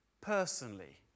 Personally